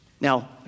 Now